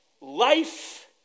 life